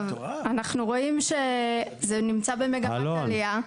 אנחנו רואים שזה נמצא במגמת עלייה.